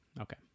Okay